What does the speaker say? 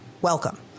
welcome